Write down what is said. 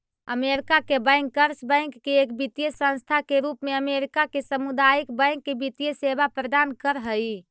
America में bankers bank एक वित्तीय संस्था के रूप में अमेरिका के सामुदायिक बैंक के वित्तीय सेवा प्रदान कर हइ